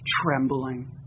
trembling